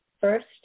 first